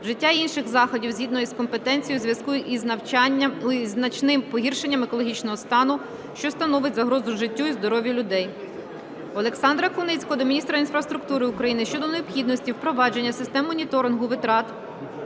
вжиття інших заходів згідно із компетенцією у зв'язку із значним погіршенням екологічного стану, що становить загрозу життю і здоров'ю людей. Олександра Куницького до міністра інфраструктури України щодо необхідності впровадження систем моніторингу витрат